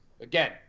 again